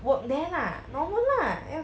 work there lah normal lah ya